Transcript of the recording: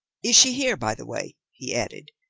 is she here, by the way? he added,